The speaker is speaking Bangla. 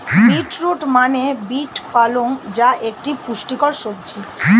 বীট রুট মানে বীট পালং যা একটি পুষ্টিকর সবজি